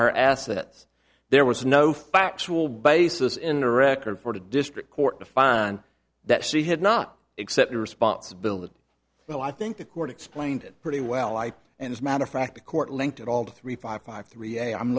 assets there was no factual basis in the record for the district court to find that she had not accepted responsibility well i think the court explained it pretty well i and as a matter of fact the court linked it all to three five five three i'm